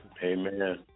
Amen